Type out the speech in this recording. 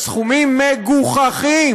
על סכומים מגוחכים.